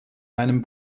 einem